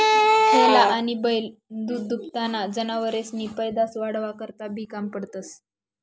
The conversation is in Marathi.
हेला आनी बैल दूधदूभताना जनावरेसनी पैदास वाढावा करता बी काम पडतंस